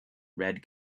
red